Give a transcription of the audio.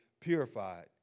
purified